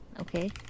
okay